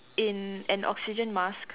in an oxygen mask